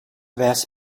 vast